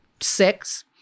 six